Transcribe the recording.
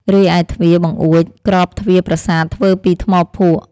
រីឯទ្វារ បង្អួច ក្របទ្វារប្រាសាទធ្វើពីថ្មភក់។